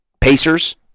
Pacers